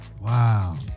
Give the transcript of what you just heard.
Wow